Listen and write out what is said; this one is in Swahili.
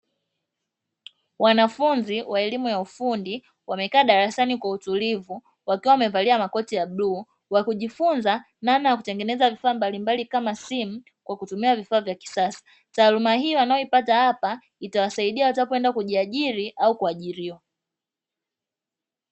Wanafunzi wa elimu ya ufundi wamekaa darasani Kwa utulivu wakiwa wamevalia makoti ya bluu, wakijifunza namna ya kutengeneza vifaaa mbalimbali kama simu kwa kutumia vifaa vya kisasa. Taaluma hii wanayoipata hapa itawasaidia hata kwenda kujiajiri au kuajiriwa.